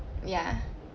ya